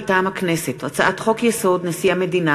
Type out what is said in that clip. מטעם הכנסת: הצעת חוק-יסוד: נשיא המדינה